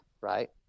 right